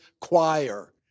choir